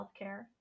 healthcare